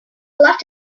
left